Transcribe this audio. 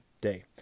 day